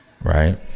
Right